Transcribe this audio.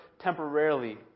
temporarily